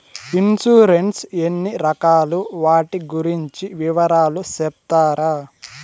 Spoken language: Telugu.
ఇన్సూరెన్సు ఎన్ని రకాలు వాటి గురించి వివరాలు సెప్తారా?